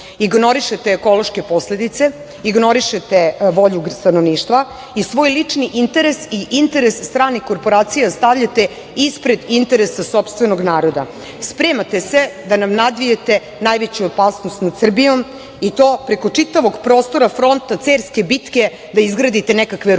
Ignorišete ekološke posledice, ignorišete volju stanovništva i svoj lični interes i interes stranih korporacija stavljate ispred interesa sopstvenog naroda. Spremate se da nam nadvijete najveću opasnost nad Srbijom, i to preko čitavog prostora fronta Cerske bitke da izgradite nekakve rudnike.